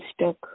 stuck